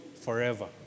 forever